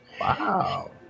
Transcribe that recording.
Wow